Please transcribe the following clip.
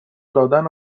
دادن